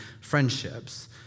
friendships